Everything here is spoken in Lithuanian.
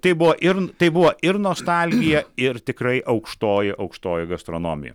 tai buvo ir tai buvo ir nostalgija ir tikrai aukštoji aukštoji gastronomija